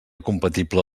compatible